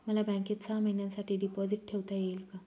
मला बँकेत सहा महिन्यांसाठी डिपॉझिट ठेवता येईल का?